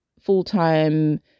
full-time